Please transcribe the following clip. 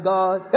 God